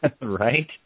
Right